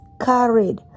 carried